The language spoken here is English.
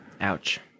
Ouch